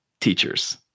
teachers